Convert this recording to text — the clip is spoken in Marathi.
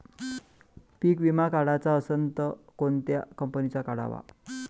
पीक विमा काढाचा असन त कोनत्या कंपनीचा काढाव?